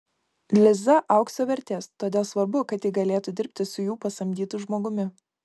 liza aukso vertės todėl svarbu kad ji galėtų dirbti su jų pasamdytu žmogumi